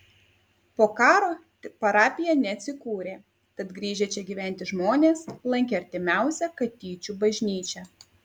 po karo parapija neatsikūrė tad grįžę čia gyventi žmonės lankė artimiausią katyčių bažnyčią